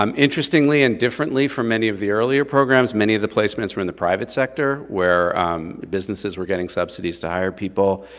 um interestingly and differently from many of the earlier programs, many of the placements were in the private sector, where business were getting subsidies to hire people.